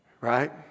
Right